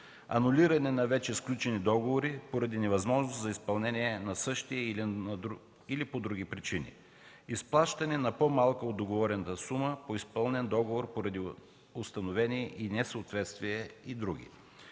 Анулиране на вече сключени договори поради невъзможност за изпълнение на същите или по други причини. 3. Изплащане на по-малко от договорената сума по изпълнен договор поради установени несъответствия и други.